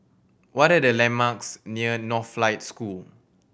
what are the landmarks near Northlight School